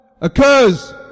occurs